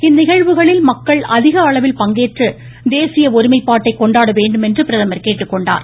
இந்நிகழ்வுகளில் மக்கள் அதிகளவில் பங்கேற்று தேசிய ஒருமைப்பாட்டை கொண்டாட வேண்டுமென்று பிரதமர் கேட்டுக்கொண்டார்